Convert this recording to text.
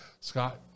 Scott